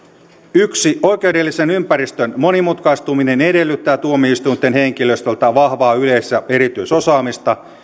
yksi oikeudellisen ympäristön monimutkaistuminen edellyttää tuomioistuinten henkilöstöltä vahvaa yleis ja erityisosaamista